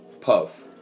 Puff